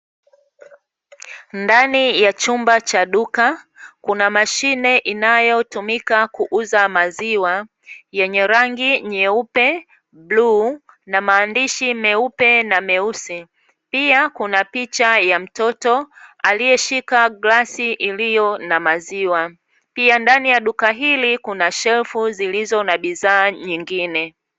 Ndani ya chumba cha duka kuna mashine inayotumika kuuza maziwa, yenye rangi nyeupe, bluu, na maandishi meupe na meusi. Pia, kuna picha ya mtoto aliyeshika glasi iliyo na maziwa. Pia, ndani ya duka hili kuna shelfu zilizo na bidhaa nyingine.